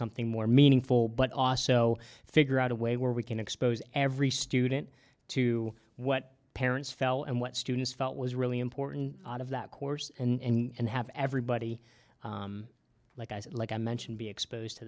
something more meaningful but oss so figure out a way where we can expose every student to what parents fell and what students felt was really important out of that course and have everybody like i said like i mentioned be exposed to